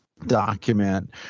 document